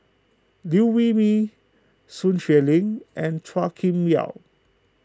Liew Wee Mee Sun Xueling and Chua Kim Yeow